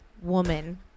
woman